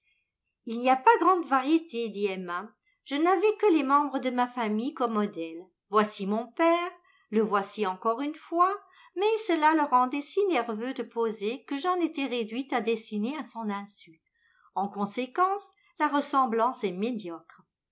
il n'y a pas grande variété dit emma je n'avais que les membres de ma famille comme modèles voici mon père le voici encore une fois mais cela le rendait si nerveux de poser que j'en étais réduite à dessiner à son insu en conséquence la ressemblance est médiocre